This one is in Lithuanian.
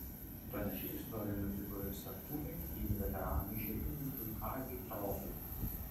panaši istorija nutiko ir sartų lenktynių veteranui žirgininkui kaziui trotai